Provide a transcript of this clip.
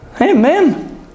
Amen